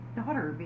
daughter